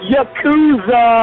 Yakuza